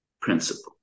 principle